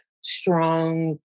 strong